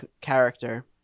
character